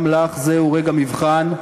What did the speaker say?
גם לך זהו רגע מבחן.